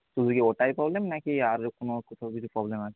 শুধু কি ওটাই প্রবলেম নাকি আর কোনো কোথাও কিছু প্রবলেম আছে